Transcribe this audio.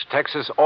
Texas